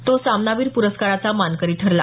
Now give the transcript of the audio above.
तो सामनावीर पुरस्काराचा मानकरी ठरला